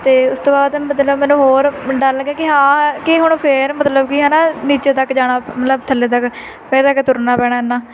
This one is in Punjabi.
ਅਤੇ ਉਸ ਤੋਂ ਬਾਅਦ ਮਤਲਬ ਮੈਨੂੰ ਹੋਰ ਡਰ ਲੱਗਿਆ ਕਿ ਹਾਂ ਕਿ ਹੁਣ ਫਿਰ ਮਤਲਬ ਕਿ ਹੈ ਨਾ ਨੀਚੇ ਤੱਕ ਜਾਣਾ ਮਤਲਬ ਥੱਲੇ ਤੱਕ ਫਿਰ ਅੱਗੇ ਤੁਰਨਾ ਪੈਣਾ ਇੰਨਾਂ